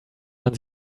man